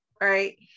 right